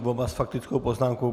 Oba s faktickou poznámkou.